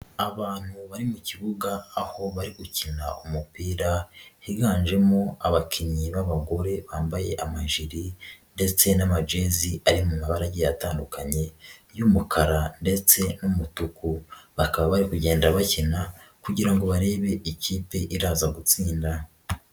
Abantu bari mu kibuga aho bari gukina umupira higanjemo abakinnyi b'abagore bambaye amajiri ndetse n'amajezi ari mu mabara agiye atandukanye y'umukara ndetse n'umutuku, bakaba bari kugenda bakina kugira ngo barebe ikipe iraza gutsinda.